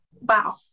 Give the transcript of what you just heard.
wow